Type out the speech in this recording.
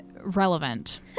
relevant